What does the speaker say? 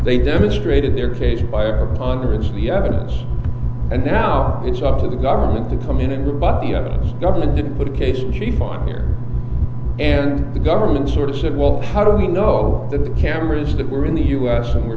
they demonstrated their case by under it's the evidence and now it's up to the government to come in and but the government didn't put a case sheep on and the government sort of said well how do we know that the cameras that were in the u s and we're